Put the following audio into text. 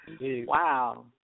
Wow